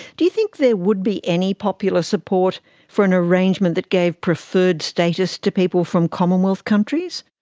do you think there would be any popular support for an arrangement that gave preferred status to people from commonwealth countries?